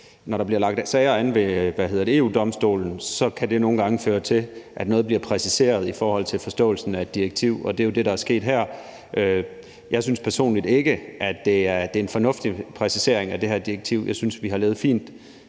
når der bliver lagt sager an ved EU-Domstolen, kan det nogle gange føre til, at noget bliver præciseret i forhold til forståelsen af et direktiv, og det er det, der er sket her. Jeg synes personligt ikke, at det er en fornuftig præcisering af det her direktiv. Jeg synes faktisk, det er fint,